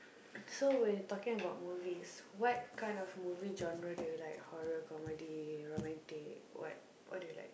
so we talking about movies what kind of movie genre do you like horror comedy romantic what what do you like